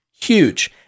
huge